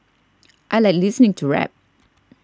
I like listening to rap